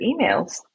emails